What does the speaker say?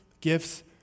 gifts